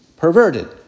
Perverted